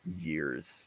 years